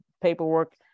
paperwork